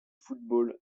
football